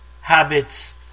habits